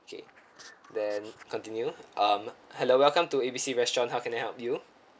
K then continue um hello welcome to A B C restaurant how can I help you